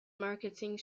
marketing